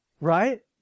Right